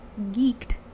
geeked